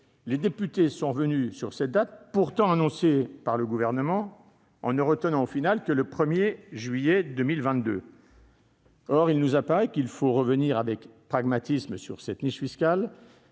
les députés sont revenus sur cette date, pourtant annoncée par le Gouvernement, en ne retenant en définitive que le 1 juillet 2022. Or il nous apparaît qu'il faut revenir avec pragmatisme sur une telle niche fiscale.